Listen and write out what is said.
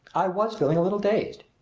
i was feeling a little dazed.